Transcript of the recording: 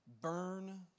burn